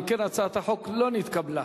אם כן, הצעת החוק לא נתקבלה.